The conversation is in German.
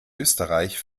österreich